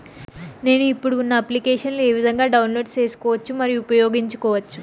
నేను, ఇప్పుడు ఉన్న అప్లికేషన్లు ఏ విధంగా డౌన్లోడ్ సేసుకోవచ్చు మరియు ఉపయోగించొచ్చు?